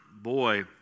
boy